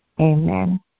Amen